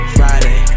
Friday